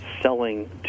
selling